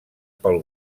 pel